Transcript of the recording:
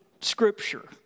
scripture